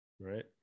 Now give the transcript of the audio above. right